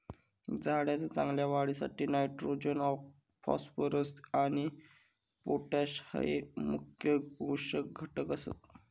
झाडाच्या चांगल्या वाढीसाठी नायट्रोजन, फॉस्फरस आणि पोटॅश हये मुख्य पोषक घटक आसत